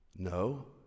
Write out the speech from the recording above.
No